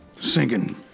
sinking